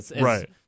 right